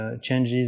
changes